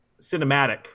cinematic